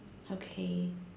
okay